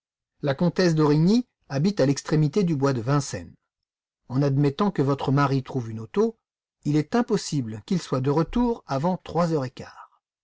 la comtesse d'origny habite à l'extrémité du bois de vincennes en admettant que votre mari trouve une auto il est impossible qu'il soit de retour avant trois heures et quart